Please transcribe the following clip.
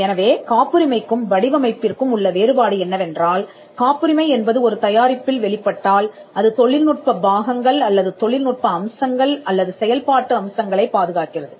எனவே காப்புரிமைக்கும் வடிவமைப்பிற்கும் உள்ள வேறுபாடு என்னவென்றால் காப்புரிமை என்பது ஒரு தயாரிப்பில் வெளிப்பட்டால் அது தொழில்நுட்ப பாகங்கள் அல்லது தொழில்நுட்ப அம்சங்கள் அல்லது செயல்பாட்டு அம்சங்களைப் பாதுகாக்கிறது